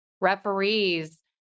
referees